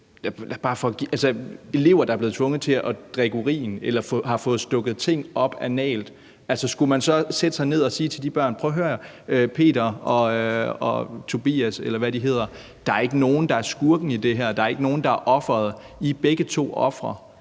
elever, der er blevet tvunget til at drikke urin eller har fået stukket ting op analt. Skulle man så sætte sig ned og sige til de børn: Prøv at høre her, Peter og Tobias – eller hvad de hedder – der er ikke nogen, der er skurken i det her, og der er ikke nogen, der er offeret; I er begge to ofre.